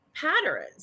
patterns